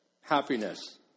happiness